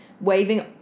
Waving